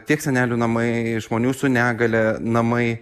tiek senelių namai žmonių su negalia namai